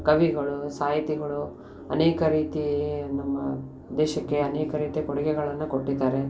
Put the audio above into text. ಕವಿಗಳು ಸಾಹಿತಿಗಳು ಅನೇಕ ರೀತಿ ನಮ್ಮ ದೇಶಕ್ಕೆ ಅನೇಕ ರೀತಿಯ ಕೊಡುಗೆಗಳನ್ನು ಕೊಟ್ಟಿದ್ದಾರೆ